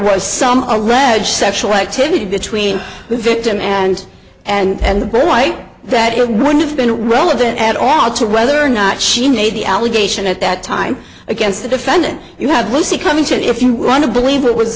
was some alleged sexual activity between the victim and and the boy that it would have been relevant at all to whether or not she made the allegation at that time against the defendant you had lucy come into if you want to believe it was